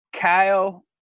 Kyle